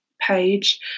page